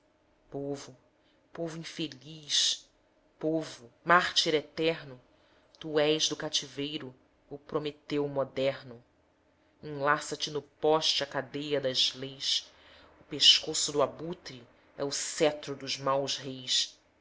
povo povo infeliz povo mártir eterno tu és do cativeiro o prometeu moderno enlaça te no poste a cadeia das leis o pescoço do abutre é o cetro dos maus reis